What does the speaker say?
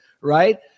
right